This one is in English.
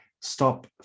stop